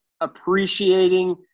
appreciating